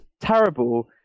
terrible